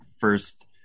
first